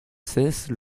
cessent